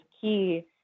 key